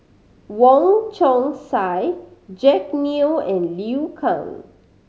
Wong Chong Sai Jack Neo and Liu Kang